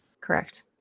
Correct